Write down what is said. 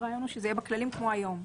הרעיון הוא שזה יהיה בכללים כמו היום.